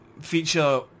feature